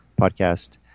Podcast